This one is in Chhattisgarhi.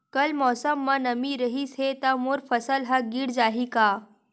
कल मौसम म नमी रहिस हे त मोर फसल ह गिर जाही का?